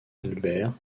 albert